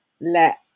let